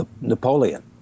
Napoleon